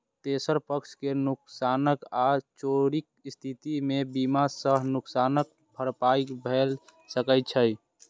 तेसर पक्ष के नुकसान आ चोरीक स्थिति मे बीमा सं नुकसानक भरपाई भए सकै छै